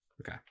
Okay